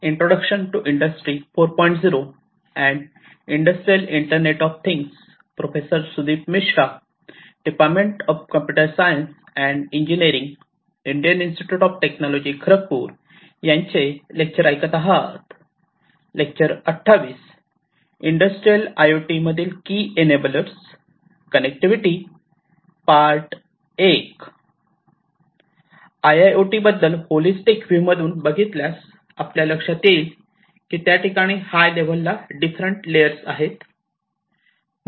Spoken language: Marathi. आय आय ओ टी बद्दल होलिस्टिक व्ह्यू मधून बघितल्यास आपल्या लक्षात येईल की त्या ठिकाणी हाय लेवल ला डिफरंट लेयर्स आहे